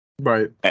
Right